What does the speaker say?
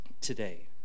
today